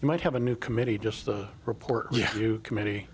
you might have a new committee just the report you committee